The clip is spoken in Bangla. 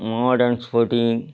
মহামেডান স্পোর্টিং